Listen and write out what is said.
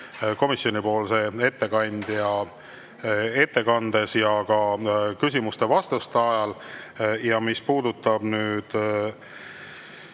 komisjonipoolse ettekandja ettekandes ja ka küsimuste-vastuste ajal. Mis puudutab nüüd